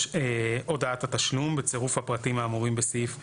הודעת התשלום בצירוף הפרטים האמורים בסעיף 78כז(ג),